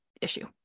issue